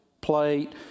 plate